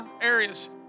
areas